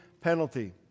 penalty